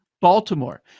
Baltimore